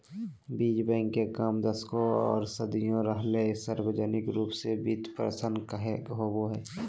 बीज बैंक के काम दशकों आर सदियों रहले सार्वजनिक रूप वित्त पोषित होबे हइ